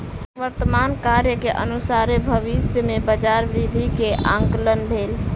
वर्तमान कार्य के अनुसारे भविष्य में बजार वृद्धि के आंकलन भेल